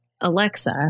Alexa